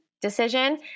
decision